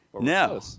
No